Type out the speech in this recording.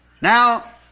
Now